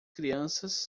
crianças